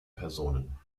personen